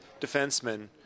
defensemen